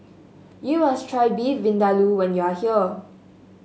you must try Beef Vindaloo when you are here